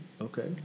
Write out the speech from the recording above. Okay